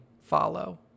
follow